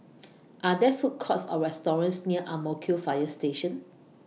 Are There Food Courts Or restaurants near Ang Mo Kio Fire Station